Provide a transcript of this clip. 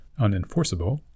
unenforceable